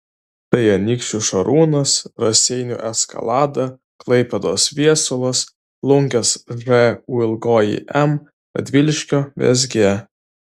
tai anykščių šarūnas raseinių eskalada klaipėdos viesulas plungės žūm radviliškio vėzgė